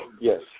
Yes